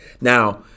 Now